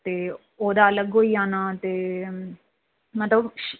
ते ओह्दा अलग होई जाना ते अम्म मतलब